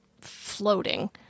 floating